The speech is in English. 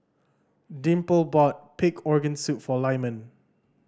Dimple bought pig organ soup for Lyman